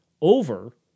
over